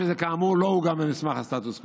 אף שזה כאמור לא עוגן במסמך הסטטוס קוו.